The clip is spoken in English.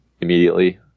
immediately